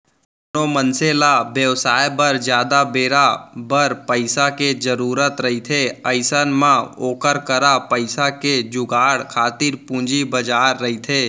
कोनो मनसे ल बेवसाय बर जादा बेरा बर पइसा के जरुरत रहिथे अइसन म ओखर करा पइसा के जुगाड़ खातिर पूंजी बजार रहिथे